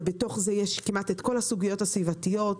ובתוכה יש כמעט את כל הסוגיות הסביבתיות,